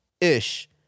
Ish